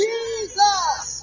Jesus